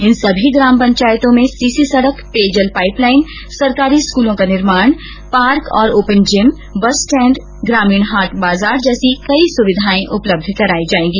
इन सभी ग्राम पंचायतों में सीसी सड़क पेयजल पाइपलाइन सरकारी स्कूलों का निर्माण पार्क और ओपन जिम बस स्टेण्ड ग्रामीण हाट बाजार जैसी कई सुविधाएं उपलब्ध कराई जायेंगी